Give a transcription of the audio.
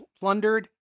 plundered